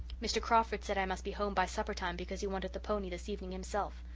mr. crawford said i must be home by supper-time because he wanted the pony this evening himself.